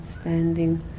standing